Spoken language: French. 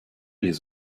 les